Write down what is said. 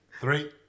Three